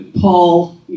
Paul